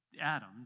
Adam